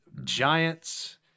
Giants